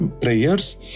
prayers